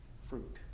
fruit